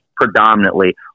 predominantly